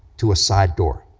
to a side door,